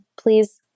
please